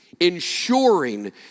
ensuring